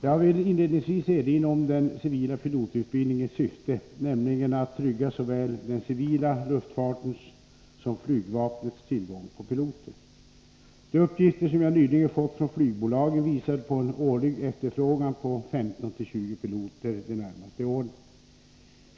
Jag vill inledningsvis erinra om den civila pilotutbildningens syfte, nämligen att trygga såväl den civila luftfartens som flygvapnets tillgång på piloter. De uppgifter som jag nyligen fått från flygbolagen visar på en årlig efterfrågan på 15-20 piloter de närmaste åren.